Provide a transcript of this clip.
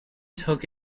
took